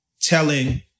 telling